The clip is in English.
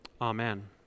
Amen